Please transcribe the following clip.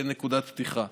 כנקודת פתיחה.